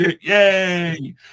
yay